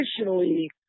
Additionally